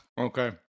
Okay